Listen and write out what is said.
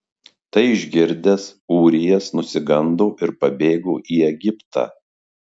tai išgirdęs ūrijas nusigando ir pabėgo į egiptą